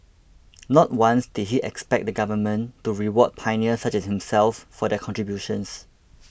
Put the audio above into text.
not once did he expect the Government to reward pioneers such as himself for their contributions